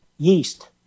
Yeast